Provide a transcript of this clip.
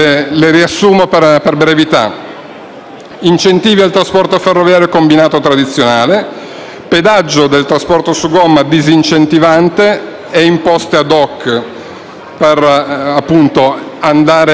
incentivi al trasporto ferroviario combinato tradizionale; pedaggio del trasporto su gomma disincentivante e imposte *ad hoc* per disincentivare l'uso della gomma;